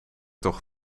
toch